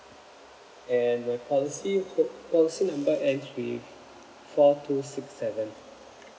and my policy po~ policy number ends with four two six seven